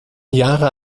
jahre